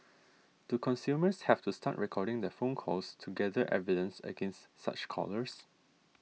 do consumers have to start recording their phone calls to gather evidence against such callers